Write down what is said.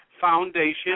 Foundation